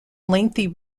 lengthy